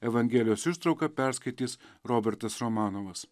evangelijos ištrauką perskaitys robertas romanovas